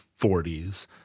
40s